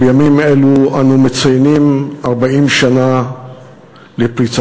שבימים אלו אנו מציינים 40 שנה לפריצתה,